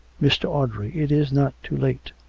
mr. audrey. it is not too late.